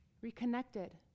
reconnected